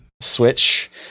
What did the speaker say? Switch